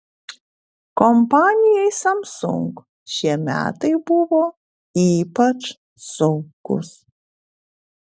kompanijai samsung šie metai buvo ypač sunkūs